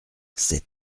c’est